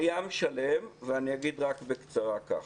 זה ים שלם ואני אגיד רק בקצרה כך: